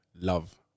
love